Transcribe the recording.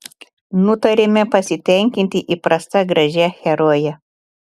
nutarėme pasitenkinti įprasta gražia heroje